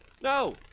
No